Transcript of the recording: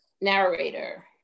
Narrator